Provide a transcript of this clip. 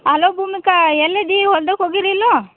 hello Bhumika ಎಲ್ಲಿದಿ ಹೊಲುಕ್ ಹೋಗಿರಿ ಇಲ್ಲೋ